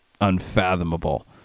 unfathomable